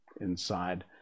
inside